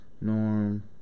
Norm